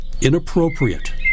inappropriate